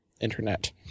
internet